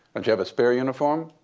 and you have a spare uniform?